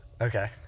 Okay